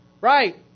right